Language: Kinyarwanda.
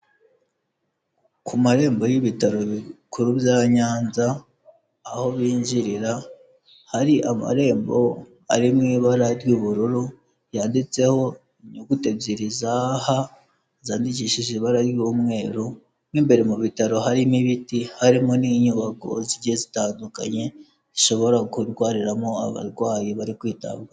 Ku marembo y'ibitaro bikuru bya Nyanza aho binjirira hari amarembo ari mu ibara ry'ubururu yanditseho inyuguti ebyiri za H zandikishije ibara ry'umweru, mu imbere mu bitaro harimo ibiti, harimo n'inyubako zigiye zitandukanye zishobora kurwariramo abarwayi bari kwitabwaho.